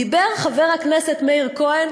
דיבר חבר הכנסת מאיר כהן,